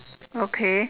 okay